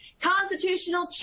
Constitutional